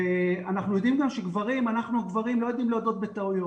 ואנחנו יודעים גם שאנחנו הגברים לא יודעים להודות בטעויות